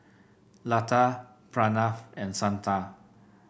Lata Pranav and Santha